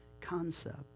concept